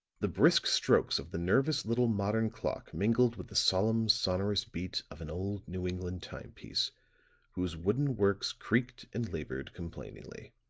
the brisk strokes of the nervous little modern clock mingled with the solemn sonorous beat of an old new england timepiece whose wooden works creaked and labored complainingly.